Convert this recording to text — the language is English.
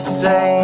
say